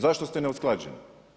Zašto ste neusklađeni?